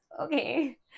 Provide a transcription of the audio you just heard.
Okay